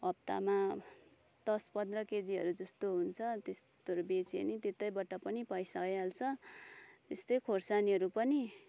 हफ्तामा दस पन्ध्र केजीहरू जस्तो हुन्छ त्यस्तोहरू बेच्यो भने त्यतैबाट पनि पैसा आइहाल्छ त्यस्तै खोर्सानीहरू पनि